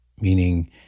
meaning